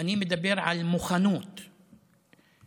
אני מדבר על מוכנות אישית,